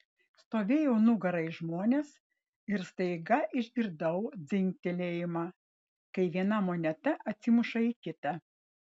stovėjau nugara į žmones ir staiga išgirdau dzingtelėjimą kai viena moneta atsimuša į kitą